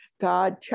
God